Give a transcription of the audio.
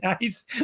nice